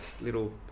little